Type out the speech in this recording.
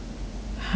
!huh!